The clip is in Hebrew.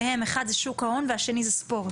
האחד זה שוק ההון והשני זה ספורט.